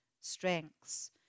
strengths